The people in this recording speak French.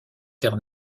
terre